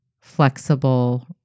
flexible